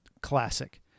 classic